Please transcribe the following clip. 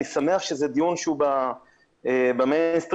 אני שמח שאנחנו מקיימים את הדיון במאה ה-20,